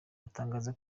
yatangaje